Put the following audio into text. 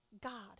God